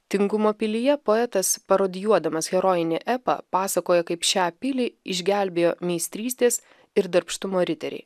tingumo pilyje poetas parodijuodamas herojinį epą pasakoja kaip šią pilį išgelbėjo meistrystės ir darbštumo riteriai